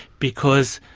because,